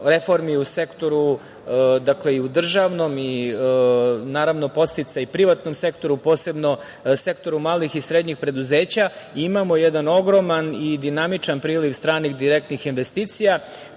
reformi u sektoru, državnom, naravno podsticaj privatnom sektoru, posebno sektoru malih i srednjih preduzeća, imamo jedan ogroman i dinamičan priliv stranih direktnih investicija